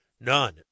none